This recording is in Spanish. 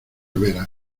verás